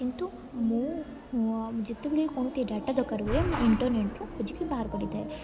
କିନ୍ତୁ ମୁଁ ଯେତେବେଳେ କୌଣସି ଡାଟା ଦରକାର ହୁଏ ମୁଁ ଇଣ୍ଟରନେଟ୍ରୁ ଖୋଜିକି ବାହାର କରିଥାଏ